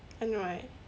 I know right